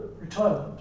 retirement